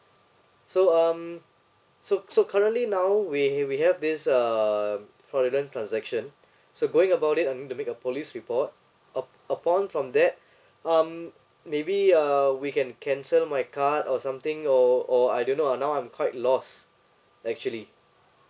so um so so currently now we we have this err fraudulent transaction so going about it I'm to make a police report up~ upon from that um maybe uh we can cancel my card or something or or I don't know uh now I'm quite lost actually